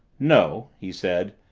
no, he said,